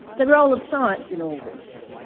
the role of science in all this.